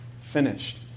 finished